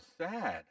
sad